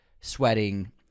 sweating